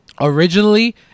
Originally